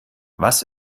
was